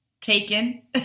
taken